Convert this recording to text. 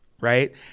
right